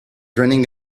running